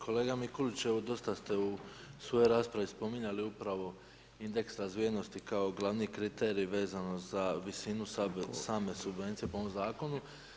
Kolega Mikulić, evo dosta ste u svojoj raspravi spominjali upravo indeks razvijenosti kao glavni kriterij vezano za visinu same subvencije po ovom zakonu.